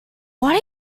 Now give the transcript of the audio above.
are